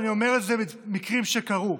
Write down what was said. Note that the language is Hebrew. ואני אומר את זה ממקרים שקרו.